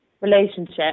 relationship